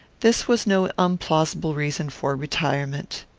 this was no unplausible reason for retirement.